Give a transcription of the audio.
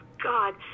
God